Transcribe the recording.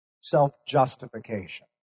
self-justification